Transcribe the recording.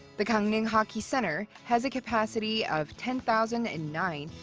the gangneung hockey center has a capacity of ten thousand and nine,